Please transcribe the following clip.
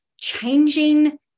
changing